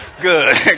good